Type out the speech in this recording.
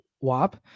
WAP